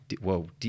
whoa